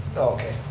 okay,